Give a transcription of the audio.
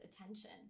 attention